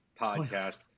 podcast